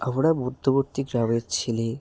আমরা মধ্যবিত্ত গ্রামের ছেলে